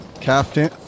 captain